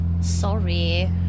Sorry